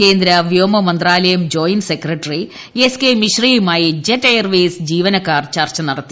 കേന്ദ്രവ്യോമ മന്ത്രാലയം ജോയിന്റ് സെക്രട്ടികൃഷ് കെ മിശ്രയുമായി ജെറ്റ് എയർവേയ്സ് ജീവനക്കാർ ചർച്ച് നടത്തി